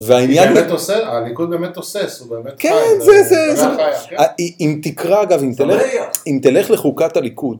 הליכוד באמת תוסס, הוא באמת חי. כן, זה, זה, זה... אם תקרא, אגב, אם תלך לחוקת הליכוד...